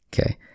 Okay